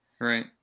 Right